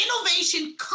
Innovation